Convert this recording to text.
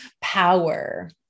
power